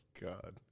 God